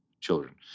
children